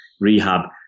rehab